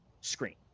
screen